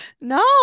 No